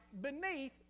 beneath